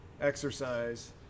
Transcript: exercise